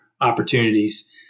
opportunities